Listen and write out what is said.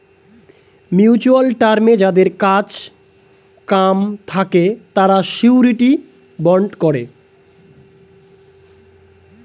mutual টার্মে যাদের কাজ কাম থাকে তারা শিউরিটি বন্ড করে